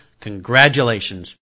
congratulations